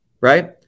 right